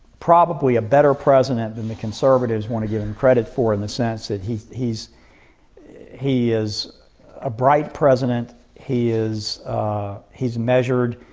probably a better president than the conservatives want to give him credit for in the sense that he's he's he is a bright president. he is measured.